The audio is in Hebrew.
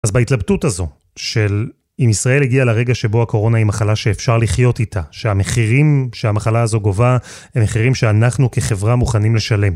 אז בהתלבטות הזו, של אם ישראל הגיעה לרגע שבו הקורונה היא מחלה שאפשר לחיות איתה, שהמחירים שהמחלה הזו גובה, הם מחירים שאנחנו כחברה מוכנים לשלם.